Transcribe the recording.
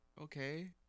okay